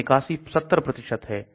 तो निकासी 70 है